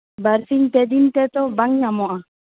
ᱵᱟᱨ ᱥᱤᱧ ᱯᱮ ᱫᱤᱱ ᱛᱮᱫᱚ ᱵᱟᱝ ᱧᱟᱢᱚᱜᱼᱟ